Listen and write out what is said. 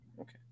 Okay